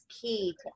key